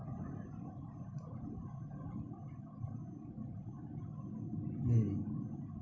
mm